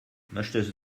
möchtest